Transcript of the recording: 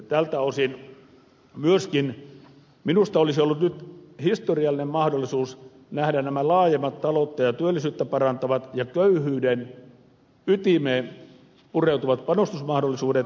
tältä osin myöskin minusta olisi ollut nyt historiallinen mahdollisuus nähdä nämä laajemmat taloutta ja työllisyyttä parantavat ja köyhyyden ytimeen pureutuvat panostusmahdollisuudet